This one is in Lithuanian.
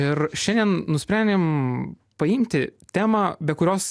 ir šiandien nusprendėm paimti temą be kurios